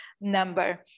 number